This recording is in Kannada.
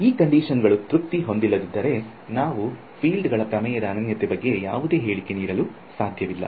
ಈ ಕಂಡಿಷನ್ಸ್ಗಳು ತೃಪ್ತಿ ಹೊಂದಿಲ್ಲದಿದ್ದರೆ ನಾವು ಫೀಲ್ಡ್ಗಳ ಪ್ರಮೇಯದ ಅನನ್ಯತೆಯ ಬಗ್ಗೆ ಯಾವುದೇ ಹೇಳಿಕೆ ನೀಡಲು ಸಾಧ್ಯವಿಲ್ಲ